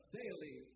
daily